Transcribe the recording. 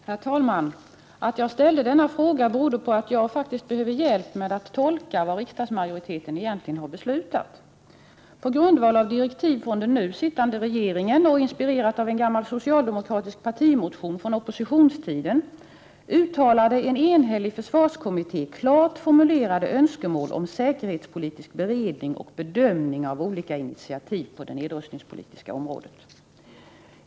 Herr talman! Att jag ställde denna fråga beror på att jag faktiskt behöver hjälp med att tolka vad riksdagsmajoriteten egentligen har beslutat. På grundval av direktiv från den nu sittande regeringen och inspirerad av en gammal socialdemokratisk partimotion från oppositionstiden uttalade en enhällig försvarskommitté klart formulerade önskemål om säkerhetspolitisk beredning och bedömning av olika initiativ på det nedrustningspolitiska området.